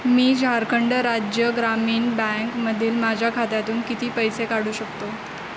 मी झारखंड राज्य ग्रामीण बँकमधील माझ्या खात्यातून किती पैसे काढू शकतो